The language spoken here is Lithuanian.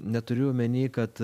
neturiu omeny kad